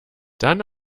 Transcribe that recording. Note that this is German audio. dann